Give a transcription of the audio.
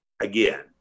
again